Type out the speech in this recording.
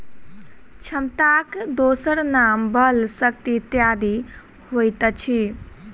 क्षमताक दोसर नाम बल, शक्ति इत्यादि होइत अछि